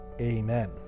Amen